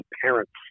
parents